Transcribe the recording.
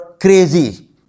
crazy